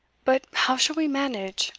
but how shall we manage?